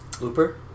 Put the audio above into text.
Looper